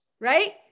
right